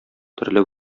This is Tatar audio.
төрле